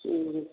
ठीक